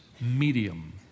medium